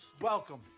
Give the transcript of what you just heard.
Welcome